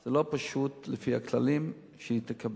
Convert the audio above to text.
זה לא פשוט, לפי הכללים, שהיא תקבל.